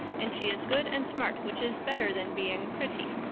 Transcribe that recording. and she is good and smart, which is better than being pretty.